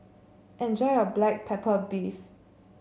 enjoy your Black Pepper Beef